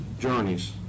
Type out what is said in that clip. journeys